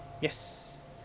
yes